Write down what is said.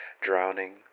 drowning